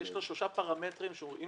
יש לו שלושה פרמטרים שאם